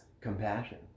compassion